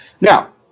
Now